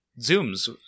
zooms